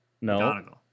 No